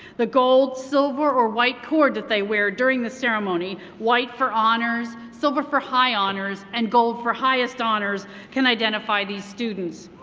the gold, silver or white cord that they wear during the ceremony, white for honors, silver for high honors and gold for highest honors can identify these students.